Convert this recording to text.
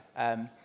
and